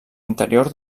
interior